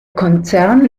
konzern